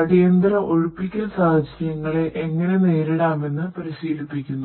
അടിയന്തര ഒഴിപ്പിക്കൽ സാഹചര്യങ്ങളെ എങ്ങനെ നേരിടാമെന്ന് പരിശീലിപ്പിക്കുന്നു